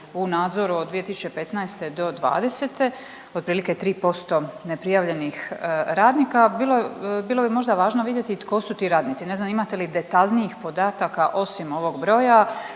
u nadzoru od 2015. do '20., otprilike 3% neprijavljenih radnika. Bilo, bilo bi možda važno vidjeti tko su ti radnici, ne znam imate li detaljnijih podataka osim ovog broja,